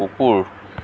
কুকুৰ